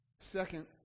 Second